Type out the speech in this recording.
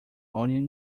onion